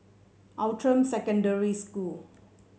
Outram Secondary School